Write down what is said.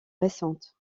récentes